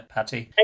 Patty